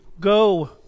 Go